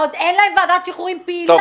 אבל ------ עוד אין להם ועדת שחרורים פעילה,